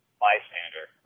bystander